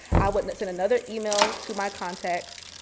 i would send another email to my context.